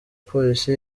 polisi